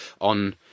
on